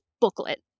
booklet